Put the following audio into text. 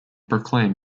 proclaim